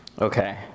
okay